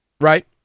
Right